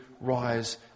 rise